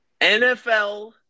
NFL